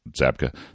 Zabka